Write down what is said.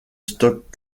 stocke